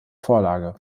vorlage